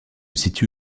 situe